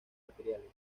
materiales